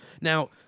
now